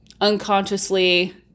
unconsciously